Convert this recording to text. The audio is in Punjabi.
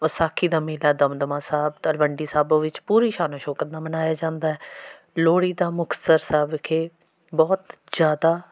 ਵਿਸਾਖੀ ਦਾ ਮੇਲਾ ਦਮਦਮਾ ਸਾਹਿਬ ਤਲਵੰਡੀ ਸਾਬੋ ਵਿੱਚ ਪੂਰੀ ਸ਼ਾਨੋ ਸ਼ੌਕਤ ਨਾਲ ਮਨਾਇਆ ਜਾਂਦਾ ਲੋਹੜੀ ਦਾ ਮੁਕਤਸਰ ਸਾਹਿਬ ਵਿਖੇ ਬਹੁਤ ਜ਼ਿਆਦਾ